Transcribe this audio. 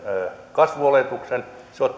kasvuoletuksen se